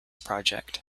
project